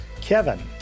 Kevin